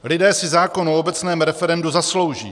Lidé si zákon o obecném referendu zaslouží.